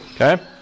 Okay